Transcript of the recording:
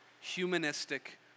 humanistic